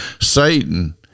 Satan